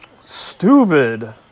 Stupid